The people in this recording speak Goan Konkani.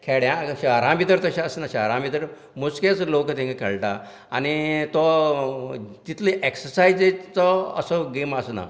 तशें खेड्या शहरां भितर तशें आसना शहरा भितर मोजकेच लोक थींगा खेळटात आनी तो जितले एक्सीसायजीचो असो गॅम आसना